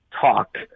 talk